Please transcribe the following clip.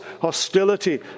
hostility